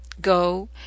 go